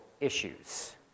issues